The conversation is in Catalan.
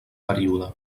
període